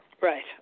Right